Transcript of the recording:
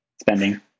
spending